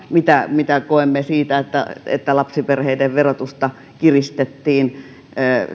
mitä koemme siinä että lapsiperheiden verotusta kiristettiin